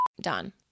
done